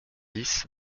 dix